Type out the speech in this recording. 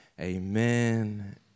Amen